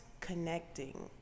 connecting